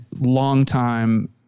longtime